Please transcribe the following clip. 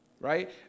Right